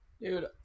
Dude